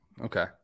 Okay